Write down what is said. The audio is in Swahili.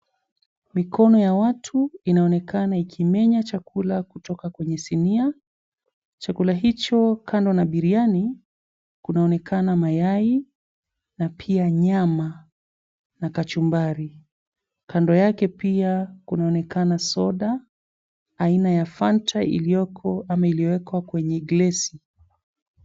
Mikono ya watu inaonekana ikimenya chakula kutoka kwenye sinia, chakula hicho kando na biryani kunaonekana mayai na pia nyama na kachumbari. Kando yake pia kunaonekana soda aina ya fanta iliyoko ama iliowekwa kwenye glesi.